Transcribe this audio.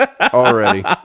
Already